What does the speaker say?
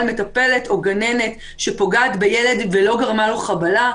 מטפלת או גננת שפוגעת בילד ולא גרמה לו חבלה.